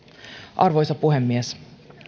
arvoisa puhemies